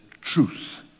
truth